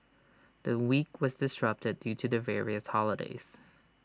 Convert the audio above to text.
the week was disrupted due to the various holidays